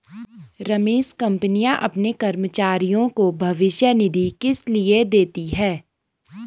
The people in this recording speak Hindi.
रमेश कंपनियां अपने कर्मचारियों को भविष्य निधि किसलिए देती हैं?